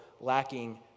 lacking